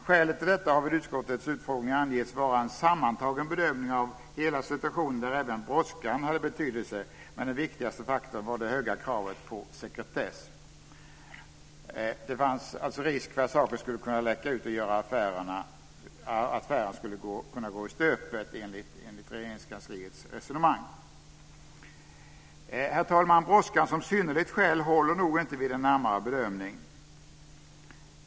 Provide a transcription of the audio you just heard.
Skälet till detta har vid utskottets utfrågning angetts vara en sammantagen bedömning av hela situationen, där även brådskan hade betydelse, men den viktigaste faktorn var det höga kravet på sekretess. Det fanns alltså risk för att saken skulle kunna läcka ut och göra att affären gick i stöpet, enligt Regeringskansliets resonemang. Herr talman! Brådskan som synnerligt skäl håller nog inte vid en närmare bedömning.